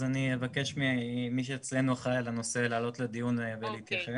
אני אבקש ממי שאצלנו אחראי על הנושא לעלות לדיון ולהתייחס.